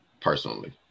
Personally